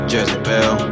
Jezebel